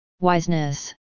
wiseness